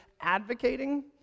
Advocating